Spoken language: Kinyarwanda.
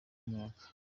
n’umuyaga